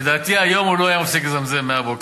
לדעתי היום הוא לא היה מפסיק לזמזם מהבוקר.